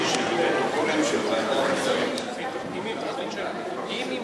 שפרוטוקולים של ועדת השרים לענייני חקיקה יתפרסמו,